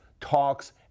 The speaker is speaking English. talks